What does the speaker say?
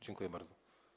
Dziękuję bardzo.